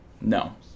No